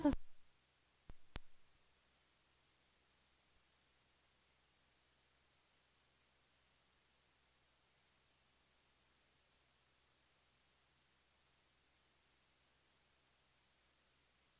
I och med den här lagstiftningen fjärmar vi oss ju nu från de internationella reglerna - det har Bengt Harding Olson själv sagt i sitt anförande.